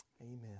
amen